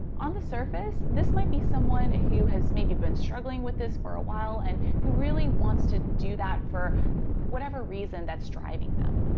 on the surface, this might be someone who has maybe been struggling with this for a while and who really wants to do that for whatever reason that's driving them.